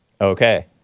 Okay